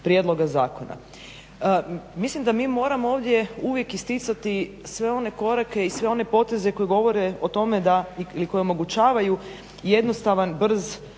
prijedloga zakona. Mislim da mi moramo ovdje uvijek isticati sve one korake i sve one poteze koje govore o tome da ili koje omogućavaju jednostavan, brz